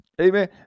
Amen